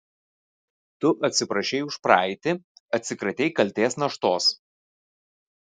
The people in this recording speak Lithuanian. tu atsiprašei už praeitį atsikratei kaltės naštos